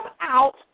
out